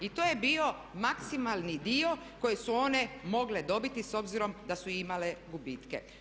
I to je bio maksimalni dio koji su one mogle dobiti s obzirom da su imale gubitke.